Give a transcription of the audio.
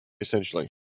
essentially